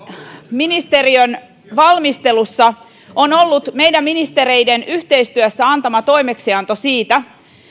ministeriön valmistelussa on ollut meidän ministereiden yhteistyössä antama toimeksianto siitä